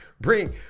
Bring